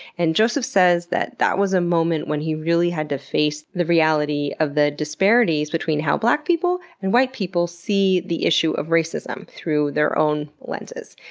and joseph says that that was a moment when he really had to face the reality of the disparities between how black people and white people see the issue of racism, through their own lenses.